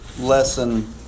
lesson